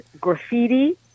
graffiti